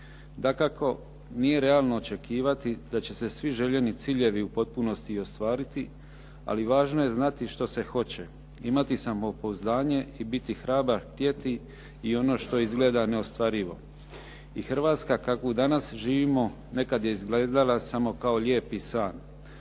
Dakako, nije realno očekivati da će se svi željeni ciljevi u potpunosti i ostvariti, ali važno je znati što se hoće, imati samopouzdanje i biti hrabar, htjeti i ono što izgleda neostvarivo. I Hrvatska kakvu danas živimo nekad je izgledala samo kao lijepi san,